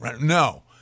No